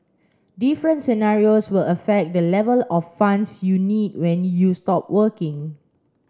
different scenarios will affect the level of funds you need when you stop working